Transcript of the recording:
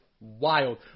wild